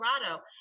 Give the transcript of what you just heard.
Colorado